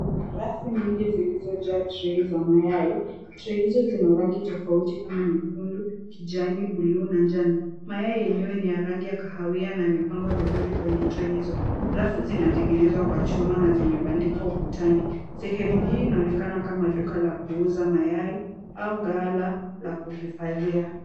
Rafu nyingi zilizojaa Tray za mayai. Tray hizo zina rangi tafauti kama nyekundu, kijani, blue na njano. Mayai yenyewe ni ya rangi ya kahawia na yamepangwa vizuri kwenye Tray hizo. Rafu zimetengenezwa kwa chuma na zimebandikwa ukutani. Sehemu hii inaonekana kama duka la kuuza mayai au ghala la kuhifadhia.